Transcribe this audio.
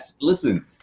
Listen